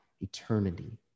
eternity